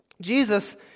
Jesus